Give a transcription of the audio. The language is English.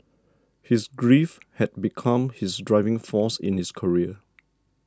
his grief had become his driving force in his career